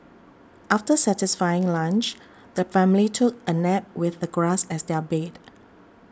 after satisfying lunch the family took a nap with the grass as their bed